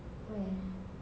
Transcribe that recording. where